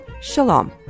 Shalom